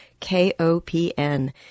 KOPN